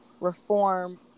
reform